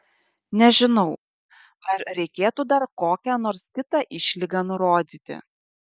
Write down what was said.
nežinau ar reikėtų dar kokią nors kitą išlygą nurodyti